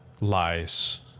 lies